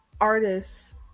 artists